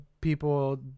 People